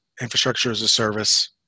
infrastructure-as-a-service